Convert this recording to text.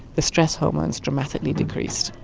the stress hormones dramatically decreased.